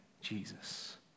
Jesus